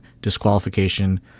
disqualification